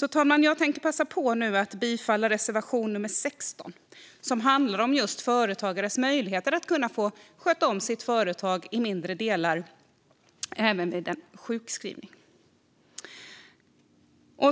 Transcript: Herr talman! Jag tänker nu passa på att yrka bifall till reservation nummer 16. Den handlar just om företagares möjligheter att kunna få sköta om sitt företag i mindre delar även vid en sjukskrivning.